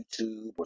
YouTube